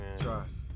Trust